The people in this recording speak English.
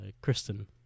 Kristen